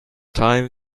time